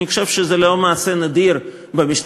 אני חושב שזה לא מעשה נדיר במשטר